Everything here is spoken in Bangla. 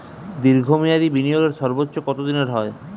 দীর্ঘ মেয়াদি বিনিয়োগের সর্বোচ্চ কত দিনের হয়?